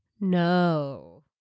No